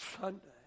Sunday